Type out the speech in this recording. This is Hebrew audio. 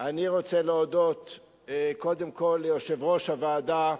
אני רוצה להודות קודם כול ליושב-ראש הוועדה,